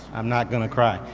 i'm not gonna cry.